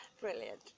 Brilliant